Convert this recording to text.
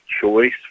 choice